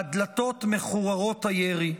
והדלתות מחוררות הירי.